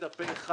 החליטה פה אחד